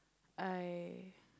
I